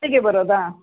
ಅಲ್ಲಿಗೇ ಬರೋದಾ